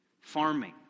Farming